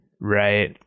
right